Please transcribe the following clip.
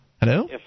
Hello